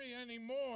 anymore